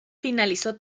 finalizó